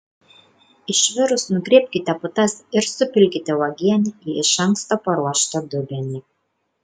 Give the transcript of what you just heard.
išvirus nugriebkite putas ir supilkite uogienę į iš anksto paruoštą dubenį